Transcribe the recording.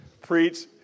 preach